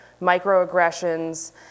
microaggressions